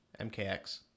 MKX